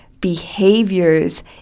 behaviors